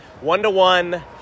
One-to-one